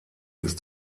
ist